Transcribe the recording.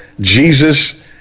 Jesus